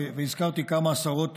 והזכרתי כמה עשרות